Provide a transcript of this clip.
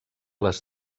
les